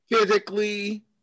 Physically